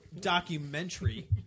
documentary